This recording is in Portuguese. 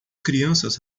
crianças